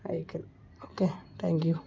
అయితే okay thank you